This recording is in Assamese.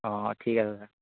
অঁ অঁ ঠিক আছে ছাৰ